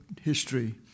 history